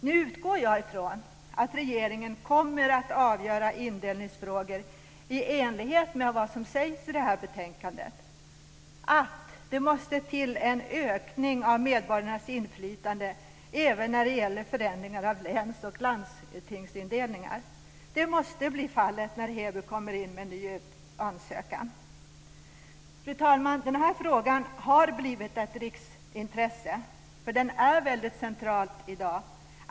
Nu utgår jag från att regeringen kommer att avgöra indelningsfrågor i enlighet med vad som sägs i det här betänkandet. Det måste till en ökning av medborgarnas inflytande även när det gäller förändringar av läns och landstingsindelningar. Så måste bli fallet när Heby kommer in med en ny ansökan. Fru talman! Den här frågan har blivit ett riksintresse, för den är väldigt central i dag.